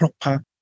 proper